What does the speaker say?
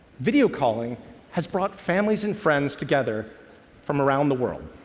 video calling has brought families and friends together from around the world.